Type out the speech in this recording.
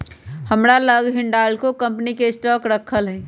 हमरा लग हिंडालको कंपनी के स्टॉक राखल हइ